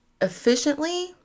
efficiently